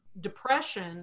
depression